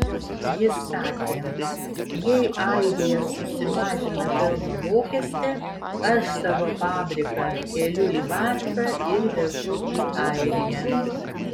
jis sakė jei airija susimažina pelno mokestį aš savo fabriką keliu į baržą ir vežu į airiją